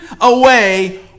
away